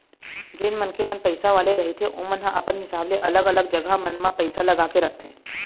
जेन मनखे मन पइसा वाले रहिथे ओमन ह अपन हिसाब ले अलग अलग जघा मन म पइसा लगा के रखथे